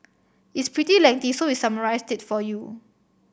it's pretty lengthy so we summarised it for you